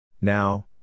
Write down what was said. Now